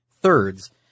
thirds